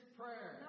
prayer